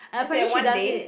as in one day